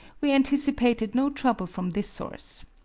we anticipated no trouble from this source.